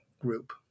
group